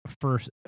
First